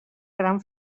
gran